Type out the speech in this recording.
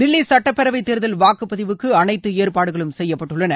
தில்லி சுட்டப்பேரவை தேர்தல் வாக்குப்பதிவுக்கு அனைத்து ஏற்பாடுகளும் செய்யப்பட்டுள்ளன